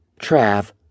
Trav